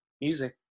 music